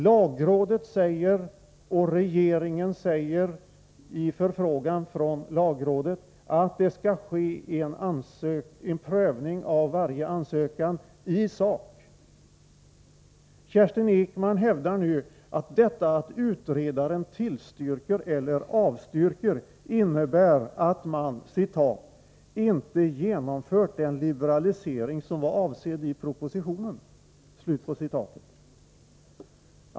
Lagrådet och regeringen säger att en prövning skall ske i sak av varje ansökan. Kerstin Ekman hävdar nu att förhållandet att utredaren tillstyrker eller avstyrker innebär att man ”inte genomfört den liberalisering som var avsedd i propositionen”.